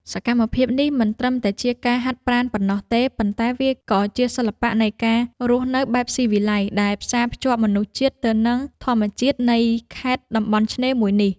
សកម្មភាពនេះមិនត្រឹមតែជាការហាត់ប្រាណប៉ុណ្ណោះទេ ប៉ុន្តែវាក៏ជាសិល្បៈនៃការរស់នៅបែបស៊ីវិល័យដែលផ្សារភ្ជាប់មនុស្សជាតិទៅនឹងធម្មជាតិនៃខេត្តតំបន់ឆ្នេរមួយនេះ។